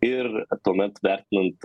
ir tuomet vertinant